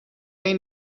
این